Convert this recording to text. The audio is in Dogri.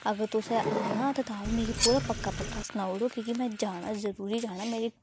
अगर तुसें आना तां मिकी पूरा पक्का पक्का सनाई ओड़ो कि के मैं जाना जरूरी जाना मेरी